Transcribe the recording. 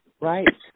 Right